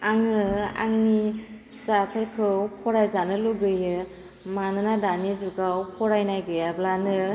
आङो आंनि फिसाफोरखौ फरायजानो लुगैयो मानोना दानि जुगाव फरायनाय गैयाब्लानो